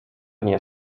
nie